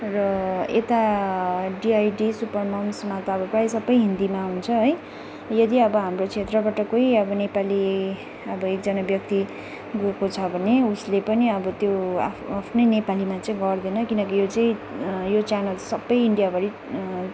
र यता DID super मम्समा त अब प्रायः सबै हिन्दीमा हुन्छ है यदि अब हाम्रो क्षेत्रबाट कोही अब नेपाली अब एकजना व्यक्ति गएको छ भने उसले पनि अब त्यो आफ्नै नेपालीमा चाहिँ गर्दैन किनकि यो चाहिँ यो च्यानल सबै इन्डियाभरि